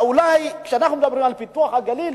כשאנחנו מדברים על פיתוח הגליל,